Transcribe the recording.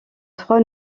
trois